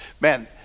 Man